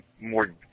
more